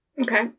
Okay